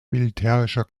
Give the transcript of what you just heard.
militärischer